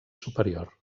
superior